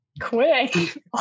quick